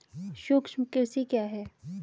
सूक्ष्म कृषि क्या है?